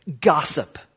gossip